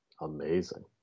amazing